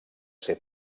ser